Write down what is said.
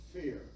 fear